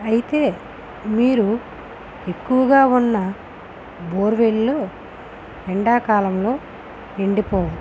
అయితే నీరు ఎక్కువగా ఉన్న బోరువెల్లో ఎండాకాలంలో ఎండిపోవు